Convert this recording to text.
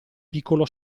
piccolo